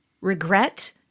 regret